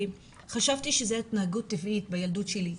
'חשבתי שזו התנהגות טבעית בילדות שלי,